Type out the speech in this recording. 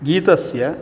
गीतस्य